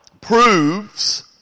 Proves